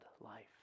life